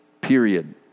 Period